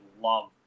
love